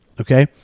okay